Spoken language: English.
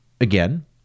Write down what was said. again